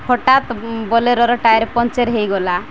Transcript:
ହଠାତ୍ ବୋଲେରୋର tyre puncture ହେଇଗଲା